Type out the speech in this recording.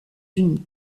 unis